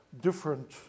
different